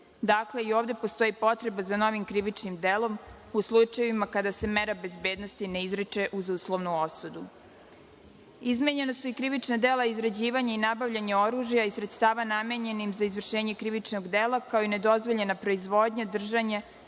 Dakle, i ovde postoji potreba za novim krivičnim delom u slučajevima kada se mera bezbednosti ne izriče uz uslovnu osudu. Izmenjena su i krivična dela izrađivanje i nabavljanje oružja iz sredstava namenjenim za izvršenje krivičnog dela, kao i nedozvoljena proizvodnja, držanje,